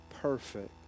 perfect